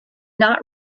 not